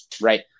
right